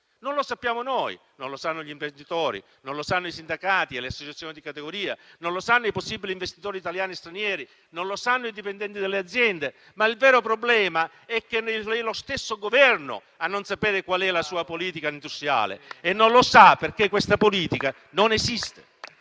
Non lo sappiamo noi, non lo sanno gli imprenditori, non lo sanno i sindacati e le associazioni di categoria, non lo sanno i possibili investitori italiani e stranieri, non lo sanno i dipendenti delle aziende. Il vero problema è che lo stesso Governo a non sapere quale sia la sua politica industriale: e non lo sa perché questa politica non esiste.